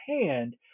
hand